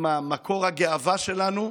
הם מקור הגאווה שלנו.